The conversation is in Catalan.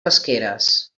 pesqueres